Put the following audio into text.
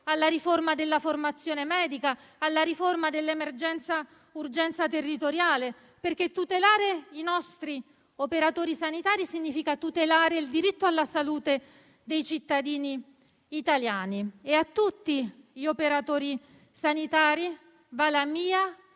alla riforma della formazione medica e a quella dell'emergenza-urgenza territoriale), perché tutelare i nostri operatori sanitari significa tutelare il diritto alla salute dei cittadini italiani. A tutti gli operatori sanitari vanno la mia